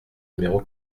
numéro